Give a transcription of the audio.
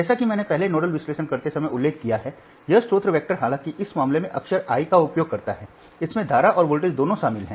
जैसा कि मैंने पहले नोडल विश्लेषण करते समय उल्लेख किया है यह स्रोत वेक्टर हालांकि इस मामले में अक्षर I का उपयोग करता है इसमें धारा और वोल्टेज दोनों शामिल हैं